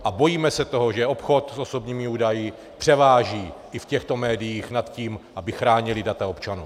A bojíme se toho, že obchod s osobními údaji převáží i v těchto médiích nad tím, aby chránila data občanů.